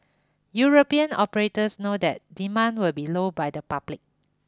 European operators know that demand will be low by the public